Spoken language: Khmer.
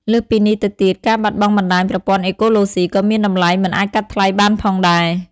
លើសពីនេះទៅទៀត ការបាត់បង់បណ្តាញប្រព័ន្ធអេកូឡូស៊ី ក៏មានតម្លៃមិនអាចកាត់ថ្លៃបានផងដែរ។